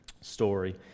story